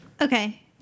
Okay